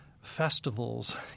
festivals